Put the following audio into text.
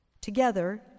Together